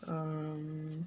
um